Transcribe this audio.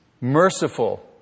merciful